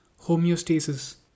homeostasis